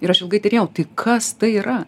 ir aš ilgai tyrinėjau tai kas tai yra